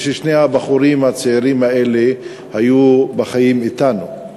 וששני הבחורים הצעירים האלה היו בחיים אתנו.